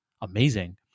amazing